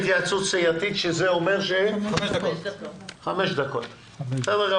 בדקתי בהפסקה והסתבר שיש חיילים חרדים שיש